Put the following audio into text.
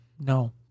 no